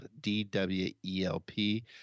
D-W-E-L-P